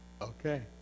Okay